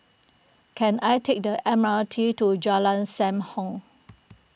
can I take the M R T to Jalan Sam Heng